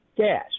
gas